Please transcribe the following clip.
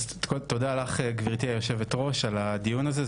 תודה לך גברתי יושבת הראש על הדיון הזה,